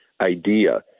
idea